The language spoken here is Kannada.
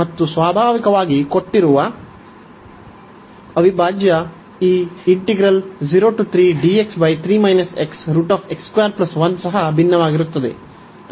ಮತ್ತು ಸ್ವಾಭಾವಿಕವಾಗಿ ಕೊಟ್ಟಿರುವ ಅವಿಭಾಜ್ಯ ಈ ಸಹ ಭಿನ್ನವಾಗಿರುತ್ತದೆ